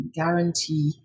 guarantee